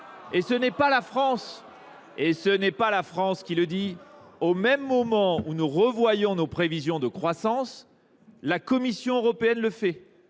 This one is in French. ce n’est pas la France qui le dit : au même moment où nous revoyons nos prévisions de croissance, la Commission européenne,